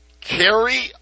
Carry